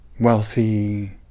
wealthy